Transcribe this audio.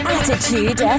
Attitude